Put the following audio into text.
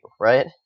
right